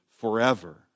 forever